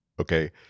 okay